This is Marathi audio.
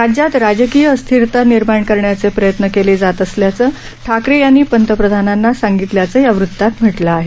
राज्यात राजकीय अस्थिरता निर्माण करण्याचे प्रयत्न केले जात असल्याचं ठाकरे यांनी पंतप्रधानांना सांगितल्याचं या वृतात म्हटलं आहे